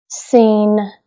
seen